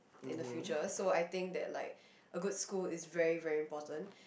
in the future so I think that like a good school is very very important